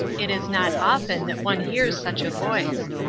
it is not often that one hears such a voice.